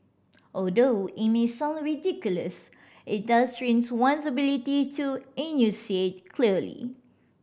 although it may sound ridiculous it does trains one's ability to enunciate clearly